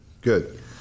Good